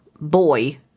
boy